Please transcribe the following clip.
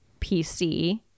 pc